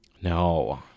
no